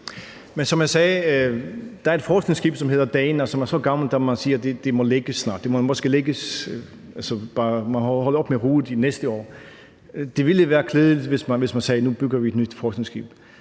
Men som jeg sagde, er der et forskningsskib, som hedder »Dana«, som er så gammelt, at man siger, at det snart må lægges op, at man må holde op med at bruge det de næste år. Det ville være klædeligt, hvis man sagde: Nu bygger vi et nyt forskningsskib.